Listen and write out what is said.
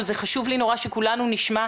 אבל זה חשוב לי נורא שכולנו נשמע.